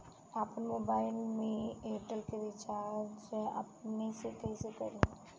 आपन मोबाइल में एयरटेल के रिचार्ज अपने से कइसे करि?